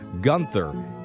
Gunther